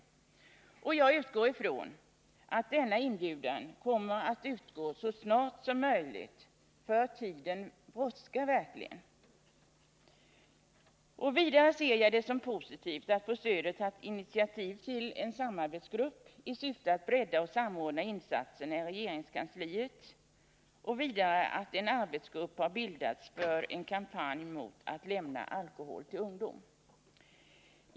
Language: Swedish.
Jag utgår från att denna inbjudan kommer att skickas ut så snart som möjligt, för det brådskar verkligen. Vidare ser jag det som positivt att fru Söder tagit initiativ till en samarbetsgrupp i syfte att bredda och samordna insatserna i regeringskansliet och att en arbetsgrupp har bildats för en kampanj mot att alkohol lämnas till ungdom.